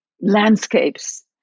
landscapes